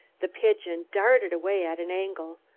the pigeon darted away at an angle,